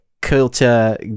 culture